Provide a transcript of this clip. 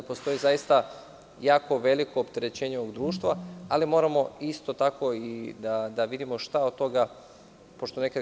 Postoji zaista jako veliko opterećenje ovog društva, ali moramo isto tako i da vidimo šta od toga gde spada.